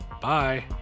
bye